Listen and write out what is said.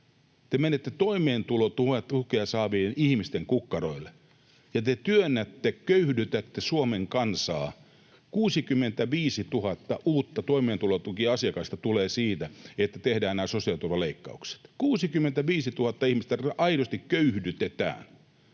Te menette toimeentulotukea saavien ihmisten kukkaroille, ja te työnnätte, köyhdytätte, Suomen kansaa. 65 000 uutta toimeentulotukiasiakasta tulee siitä, että tehdään nämä sosiaaliturvaleikkaukset — 65 000 ihmistä aidosti köyhdytetään.